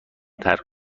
ترک